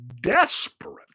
desperate